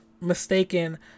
mistaken